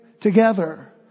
together